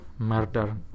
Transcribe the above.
murder